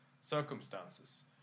circumstances